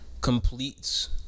completes